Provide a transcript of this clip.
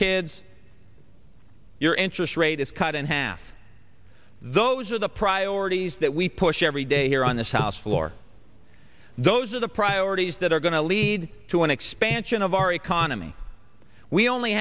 kids your interest rate is cut in half those are the priorities that we push every day here on this house floor those are the priorities that are going to lead to an expansion of our economy we only